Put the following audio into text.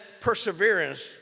perseverance